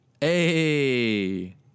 Hey